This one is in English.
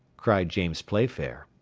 cried james playfair.